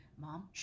mom